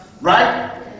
right